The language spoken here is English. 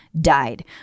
died